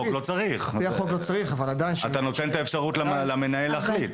אתה נותן את האפשרות למנהל להחליט.